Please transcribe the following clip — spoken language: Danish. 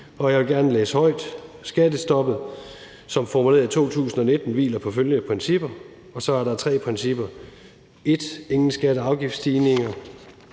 Jeg vil gerne læse højt: Skattestoppet som formuleret i 2019 hviler på følgende principper: 1) Ingen skatte- og afgiftsstigninger;